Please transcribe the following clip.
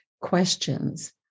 questions